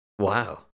Wow